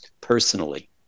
personally